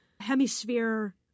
hemisphere